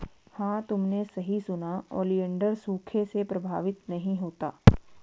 हां तुमने सही सुना, ओलिएंडर सूखे से प्रभावित नहीं होता